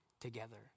together